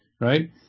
right